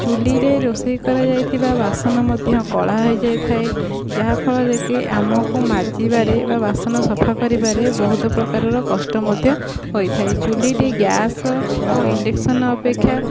ଚୁଲିରେ ରୋଷେଇ କରାଯାଇଥିବା ବାସନ ମଧ୍ୟ କଳା ହୋଇଯାଇଥାଏ ଯାହା ଫଳରେକି ଆମକୁ ମାଜିବାରେ ବା ବାସନ ସଫା କରିବାରେ ବହୁତ ପ୍ରକାରର କଷ୍ଟ ମଧ୍ୟ ହୋଇଥାଏ ଚୁଲିଟି ଗ୍ୟାସ୍ ଓ ଇଣ୍ଡକ୍ସନ୍ ଅପେକ୍ଷା